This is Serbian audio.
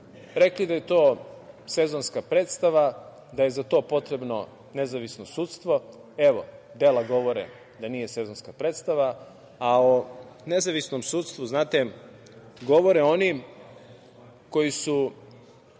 rekli da je to sezonska predstava, da je za to potrebno nezavisno sudstvo, evo dela govore da nije sezonska predstava, a o nezavisnom sudsku znate, govore oni koji su